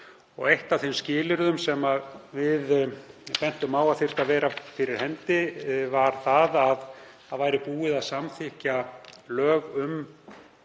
Eitt af þeim skilyrðum sem við bentum á að þyrftu að vera fyrir hendi var að búið væri að samþykkja lög um